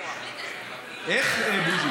איך, בוז'י?